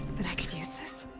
then i could use this?